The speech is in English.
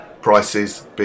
prices